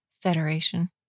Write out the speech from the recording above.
Federation